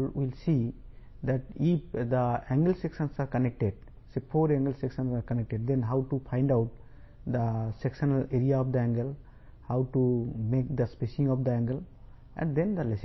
double lacing system విషయంలో కూడా మనం ఫ్లాట్ ప్లేట్ బార్ యాంగిల్ సెక్షన్లు లైట్ ఛానల్ మరియు ట్యూబులర్